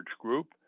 Group